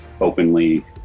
openly